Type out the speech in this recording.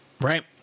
Right